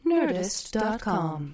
Nerdist.com